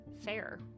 Fair